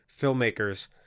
filmmakers